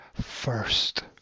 first